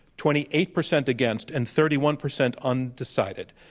twenty eight percent against, and thirty one percent undecided.